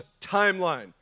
timeline